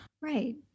Right